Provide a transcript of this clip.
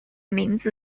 名字